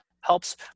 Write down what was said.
helps